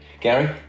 Gary